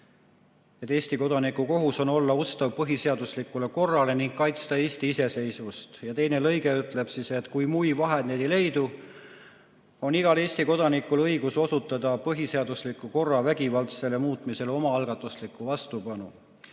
Ehk Eesti kodaniku kohus on olla ustav põhiseaduslikule korrale ja kaitsta Eesti iseseisvust ning teine lõige ütleb, et kui muid vahendeid ei leidu, on igal Eesti kodanikul õigus osutada põhiseadusliku korra vägivaldsele muutmisele omaalgatuslikku vastupanu.